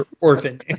orphan